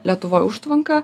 lietuvoj užtvanką